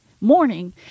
morning